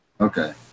Okay